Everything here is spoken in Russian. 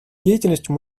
деятельностью